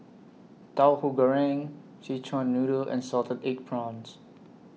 Tauhu Goreng Szechuan Noodle and Salted Egg Prawns